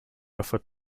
offered